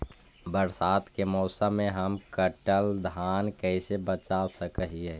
बरसात के मौसम में हम कटल धान कैसे बचा सक हिय?